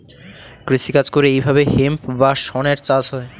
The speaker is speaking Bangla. কৃষি কাজ করে এইভাবে হেম্প বা শনের চাষ হয়